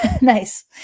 nice